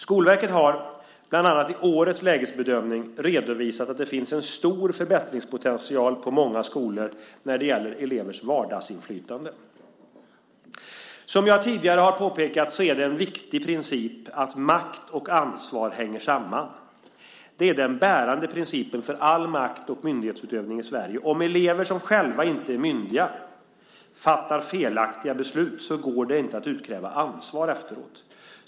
Skolverket har, bland annat i årets lägesbedömning, redovisat att det finns en stor förbättringspotential på många skolor när det gäller elevers vardagsinflytande. Som jag tidigare har påpekat är det en viktig princip att makt och ansvar hänger samman. Det är den bärande principen för all makt och myndighetsutövning i Sverige. Om elever, som själva inte är myndiga, fattar felaktiga beslut går det inte att utkräva ansvar efteråt.